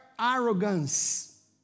arrogance